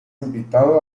invitado